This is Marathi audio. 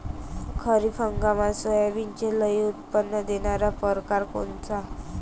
खरीप हंगामात सोयाबीनचे लई उत्पन्न देणारा परकार कोनचा?